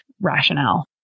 rationale